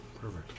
Perfect